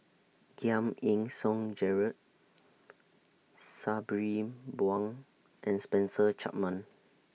Giam Yean Song Gerald Sabri Buang and Spencer Chapman